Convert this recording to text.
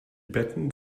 betten